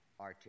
R2